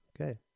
Okay